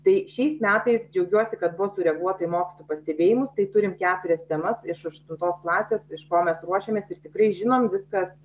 tai šiais metais džiaugiuosi kad buvo sureaguota į mokytojų pastebėjimus tai turim keturias temas iš aštuntos klasės iš ko mes ruošiamės ir tikrai žinom viskas